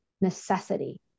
Necessity